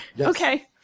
okay